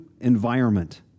environment